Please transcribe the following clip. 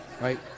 right